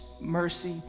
mercy